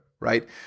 right